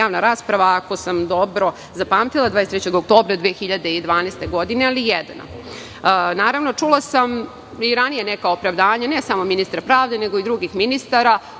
javna rasprava, ako sam dobro zapamtila, 23. oktobra 2012. godine, ali jedna. Čula sam i ranije neka opravdanja, ne samo od ministra pravde nego i drugih ministara